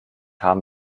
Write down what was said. haben